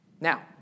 Now